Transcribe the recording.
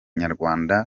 nyarwanda